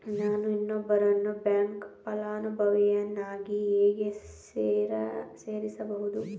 ನಾನು ಇನ್ನೊಬ್ಬರನ್ನು ಬ್ಯಾಂಕ್ ಫಲಾನುಭವಿಯನ್ನಾಗಿ ಹೇಗೆ ಸೇರಿಸಬಹುದು?